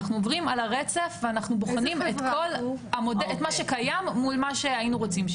אנחנו עוברים על הרצף ובוחנים את מה שקיים מול מה שאנחנו רוצים שיהיה.